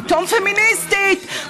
פתאום פמיניסטית.